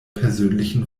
persönlichen